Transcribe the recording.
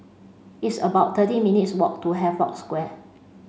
it's about thirty minutes walk to Havelock Square